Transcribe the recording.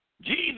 Jesus